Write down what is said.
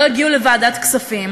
לא הגיעו לוועדת כספים,